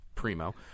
primo